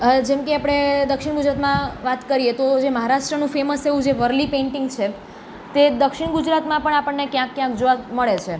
જેમકે આપણે દક્ષિણ ગુજરાતમાં વાત કરીએ તો જે મહારાષ્ટ્રનું ફેમસ એવું જે વાર્લી પેંટિંગ છે તે દક્ષિણ ગુજરાતમાં પણ આપણને ક્યાંક ક્યાંક જોવા મળે છે